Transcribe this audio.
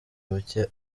bucye